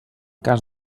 cas